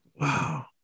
Wow